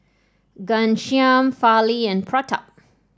Ghanshyam Fali and Pratap